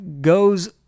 goes